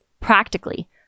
Practically